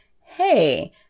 hey